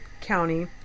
county